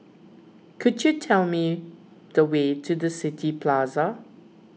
could you tell me the way to the City Plaza